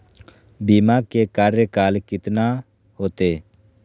बीमा के कार्यकाल कितना होते?